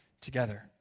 together